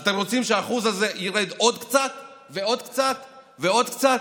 אז אתם רוצים שהאחוז הזה ירד עוד קצת ועוד קצת ועוד קצת?